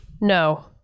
No